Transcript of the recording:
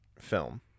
film